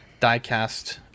diecast